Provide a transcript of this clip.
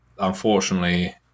unfortunately